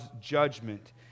judgment